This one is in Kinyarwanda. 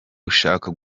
ushaka